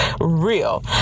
real